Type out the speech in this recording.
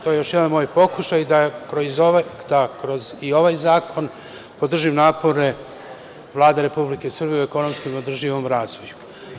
To je još jedan moj pokušaj da kroz ovaj zakon podržim napore Vlade Republike Srbije u ekonomskom održivom razvoju.